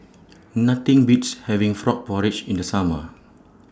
Nothing Beats having Frog Porridge in The Summer